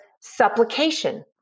supplication